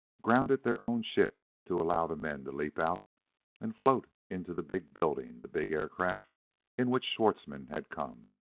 grounded their own ship to allow the men to leap out and float into the big building the big aircraft in which schwartzmann had come.